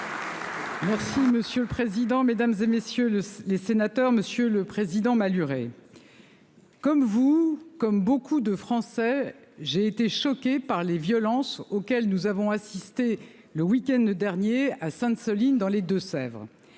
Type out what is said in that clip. Oui, monsieur le président, Mesdames et messieurs, le les sénateurs, monsieur le Président Maluret. Comme vous, comme beaucoup de Français, j'ai été choqué par les violences auxquelles nous avons assisté le week-end dernier à Sainte-, Soline dans les Deux-Sèvres